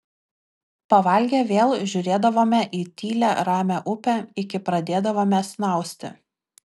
pavalgę vėl žiūrėdavome į tylią ramią upę iki pradėdavome snausti